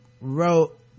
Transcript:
wrote